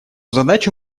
задачу